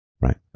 right